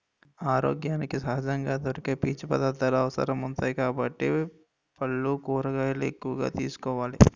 ఆరోగ్యానికి సహజంగా దొరికే పీచు పదార్థాలు అవసరమౌతాయి కాబట్టి మాంసం, పల్లు, కూరగాయలు ఎక్కువగా తీసుకోవాలి